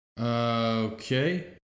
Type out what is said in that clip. Okay